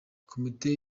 komite